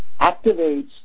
activates